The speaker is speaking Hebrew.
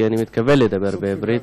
כי אני מתכוון לדבר בעברית,